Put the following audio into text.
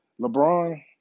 LeBron